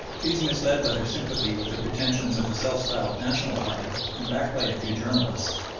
these misled by their sympathy with the pretensions of the self-styled national party and backed by a few journalists,